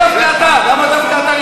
למה דווקא אתה?